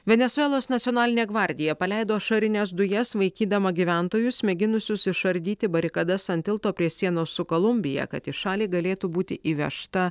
venesuelos nacionalinė gvardija paleido ašarines dujas vaikydama gyventojus mėginusius išardyti barikadas ant tilto prie sienos su kolumbija kad į šalį galėtų būti įvežta